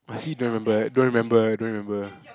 I see don't remember eh don't remember eh don't remember eh